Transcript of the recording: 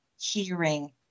hearing